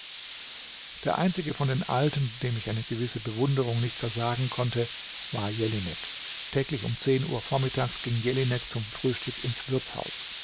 der einzige von den alten dem ich eine gewisse bewunderung nicht versagen konnte war jelinek täglich um zehn uhr vormittags ging jelinek zum frühstück ins wirtshaus